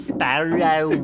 Sparrow